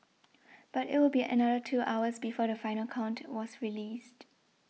but it would be another two hours before the final count was released